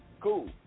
Cool